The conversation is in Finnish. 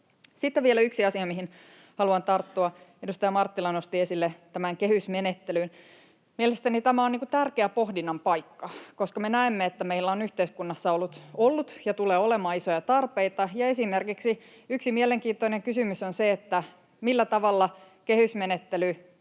Sitten vielä yksi asia, mihin haluan tarttua: Edustaja Marttila nosti esille tämän kehysmenettelyn. Mielestäni on tärkeä pohdinnan paikka, koska me näemme, että meillä on yhteiskunnassa ollut ja tulee olemaan isoja tarpeita, ja esimerkiksi yksi mielenkiintoinen kysymys on se, millä tavalla kehysmenettely